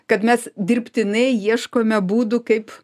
kad mes dirbtinai ieškome būdų kaip